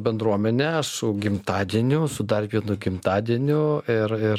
bendruomenę su gimtadieniu su dar vienu gimtadieniu ir ir